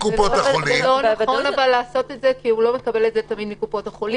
אבל זה לא נכון לעשות את זה כי הוא לא מקבל את זה תמיד מקופות החולים.